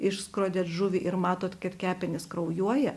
išskrodėt žuvį ir matot kad kepenys kraujuoja